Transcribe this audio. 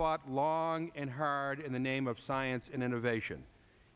fought lawing and heard in the name of science and innovation